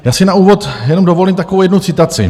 Já si na úvod jenom dovolím takovou jednu citaci.